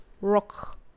rock